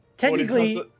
Technically